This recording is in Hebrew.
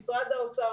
עם משרד האוצר,